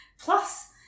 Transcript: Plus